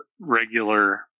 regular